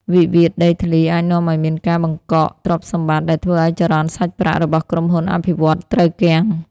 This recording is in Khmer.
វិវាទដីធ្លីអាចនាំឱ្យមានការបង្កកទ្រព្យសម្បត្តិ ដែលធ្វើឱ្យចរន្តសាច់ប្រាក់របស់ក្រុមហ៊ុនអភិវឌ្ឍន៍ត្រូវគាំង។